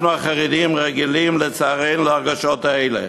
אנחנו, החרדים, רגילים, לצערנו, להרגשות האלה,